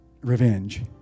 revenge